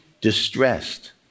distressed